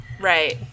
Right